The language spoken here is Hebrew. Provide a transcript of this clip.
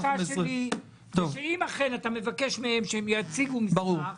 הבקשה שלי שאם אכן אתה מבקש מהם שיציגו מסמך,